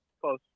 close